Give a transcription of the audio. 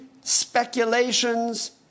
speculations